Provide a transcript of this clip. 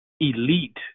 elite